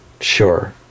sure